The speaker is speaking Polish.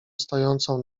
stojącą